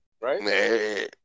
right